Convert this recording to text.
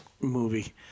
movie